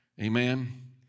Amen